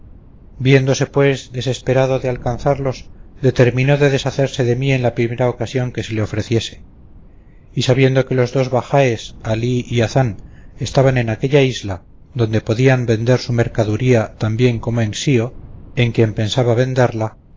viéndose pues desesperado de alcanzarlos determinó de deshacerse de mí en la primera ocasión que se le ofreciese y sabiendo que los dos bajáes alí y hazán estaban en aquesta isla donde podía vender su mercaduría tan bien como en xío en quien pensaba venderla